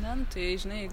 ne nu tai žinai